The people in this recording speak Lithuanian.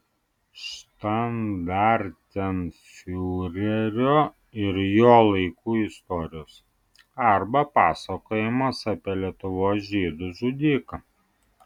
štandartenfiurerio ir jo laikų istorijos arba pasakojimas apie lietuvos žydų žudiką